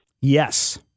Yes